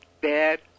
bad